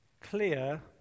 clear